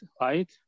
right